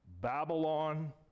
Babylon